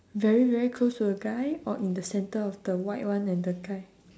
very very close to the guy or in the center of the white one and the guy